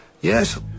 yes